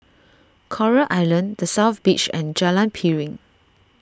Coral Island the South Beach and Jalan Piring